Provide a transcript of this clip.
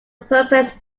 purpose